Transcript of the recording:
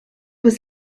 was